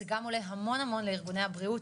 זה גם עולה המון המון לארגוני הבריאות,